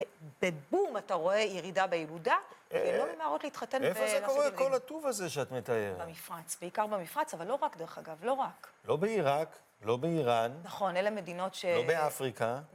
ובום, אתה רואה ירידה בילודה, ולא ממהרות להתחתן ולעשות לילדים. איפה זה קורה, כל הטוב הזה שאת מתארת? במפרץ, בעיקר במפרץ, אבל לא רק דרך אגב, לא רק. לא בעיראק, לא בעיראן. נכון, אלה מדינות ש... לא באפריקה.